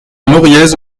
moriez